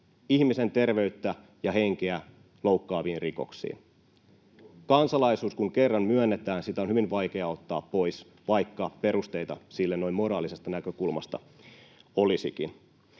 ihmisten terveyttä ja henkeä loukkaaviin rikoksiin. Kun kansalaisuus kerran myönnetään, sitä on hyvin vaikea ottaa pois, vaikka perusteita sille noin moraalisesta näkökulmasta olisikin.